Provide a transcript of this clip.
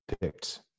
picked